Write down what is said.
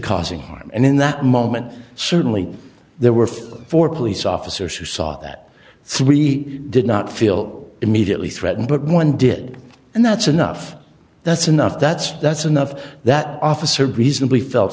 causing harm and in that moment certainly there were four police officers who saw that three did not feel immediately threatened but one did and that's enough that's enough that's that's enough that officer reasonably felt